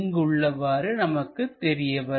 இங்கு உள்ளவாறு நமக்குப் தெரியவரும்